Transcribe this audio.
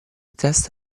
test